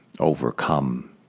overcome